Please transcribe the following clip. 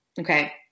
Okay